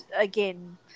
again